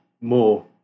more